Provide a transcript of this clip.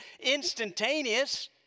instantaneous